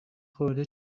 خورده